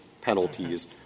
penalties